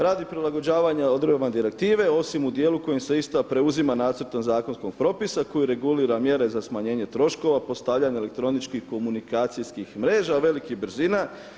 Radi prilagođavanja odredbama direktive osim u dijelu kojim se ista preuzima nacrtom zakonskog propisa koju regulira mjere za smanjenje troškova postavljanja elektroničkih komunikacijskih mreža velikih brzina.